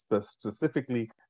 specifically